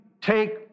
take